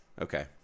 Okay